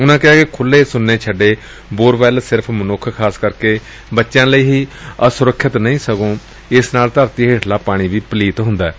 ਉਨੂਾ ਕਿਹਾ ਕਿ ਖੁਲ੍ਹੇ ਸੂੰਨੇ ਛੱਡੇ ਬੋਰਵੈੱਲ ਸਿਰਫ਼ ਮਨੁੱਖ ਖਾਸ ਕਰਕੇ ਬਚਿਆਂ ਲਈ ਹੀ ਅਸੁਰੱਖਿਅਤ ਨਹੀਂ ਸਗੋਂ ਇਸ ਨਾਲ ਧਰਤੀ ਹੇਠਲਾ ਪਾਣੀ ਵੀ ਪਲੀਤ ਹੁੰਦੈ